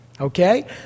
Okay